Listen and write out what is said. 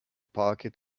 parquet